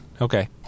okay